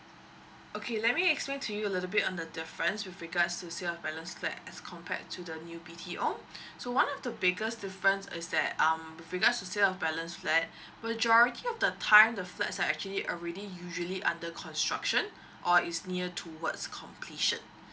okay let me explain to you a little bit on the difference with regards to sale of balance flat as compared to the new B_T_O so one of the biggest difference is that um because the sale of balance flat majority of the time the flats are actually already usually under construction or is near towards completion